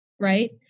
right